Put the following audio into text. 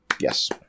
Yes